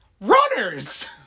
Runners